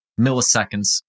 milliseconds